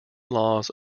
laws